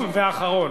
ואחרון.